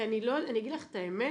אני אגיד לך את האמת,